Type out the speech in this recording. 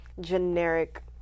generic